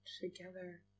together